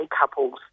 couples